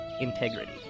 integrity